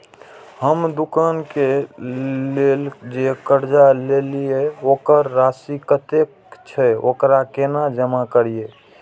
हम दुकान के लेल जे कर्जा लेलिए वकर राशि कतेक छे वकरा केना जमा करिए?